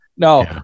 No